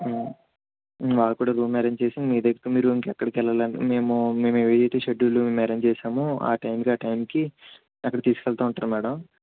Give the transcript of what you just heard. వాళ్ళకి కూడా room arrange చేసి మీ దగ్గరకి మీ రూమ్కి మీరు ఎక్కడకి వెళ్ళాలి అన్నా మేము మేము ఏదైతే షెడ్యూల్ మేము అరేంజ్ చేసామో అ టైమ్కి ఆ టైమేకి అక్కడకి తీసుకెళుతూ ఉంటారు మేడం